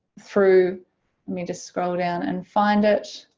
through, let me just scroll down and find it,